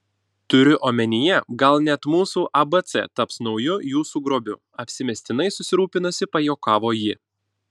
turiu omenyje gal net mūsų abc taps nauju jūsų grobiu apsimestinai susirūpinusi pajuokavo ji